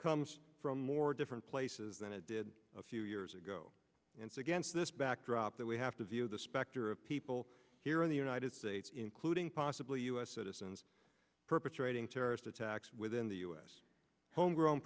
comes from more different places than it did a few years ago and against this backdrop that we have to view the specter of people here in the united states including possibly u s citizens perpetrating terrorist attacks within the u s homegrown